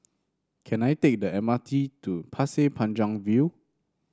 can I take the M R T to Pasir Panjang View